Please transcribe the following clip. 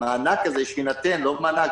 המענק הזה שיינתן זה בעצם לא מענק